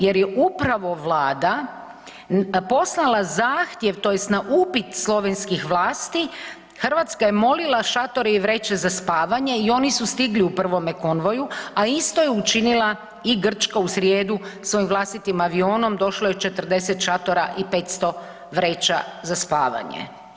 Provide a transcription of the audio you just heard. Jer je upravo vlada poslala zahtjev tj. na upit slovenskih vlasti Hrvatska je molila šatore i vreće za spavanje i oni su stigli u prvome konvoju, a isto je učinila i Grčka u srijedu, svojim vlastitim avionom došlo je 40 šatora i 500 vreća za spavanje.